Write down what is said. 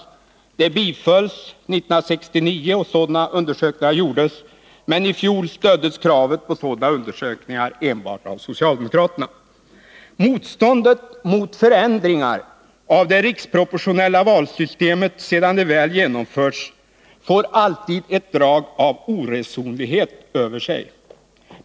Det kravet bifölls 1969 — och sådana undersökningar genomfördes — men i fjol stöddes kravet på sådana studier enbart av socialdemokraterna. Motståndet mot förändringar av det riksproportionella valsystemet, sedan det väl genomförts, får alltid ett drag av oresonlighei över sig.